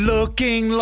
Looking